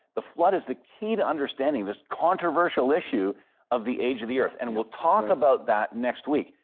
the flood is the key to understanding the controversial issue of the age of the earth, and we'll talk about that next week.